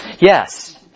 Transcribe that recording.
Yes